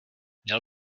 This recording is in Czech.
měl